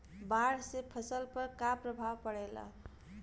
बाढ़ से फसल पर क्या प्रभाव पड़ेला?